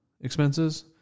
expenses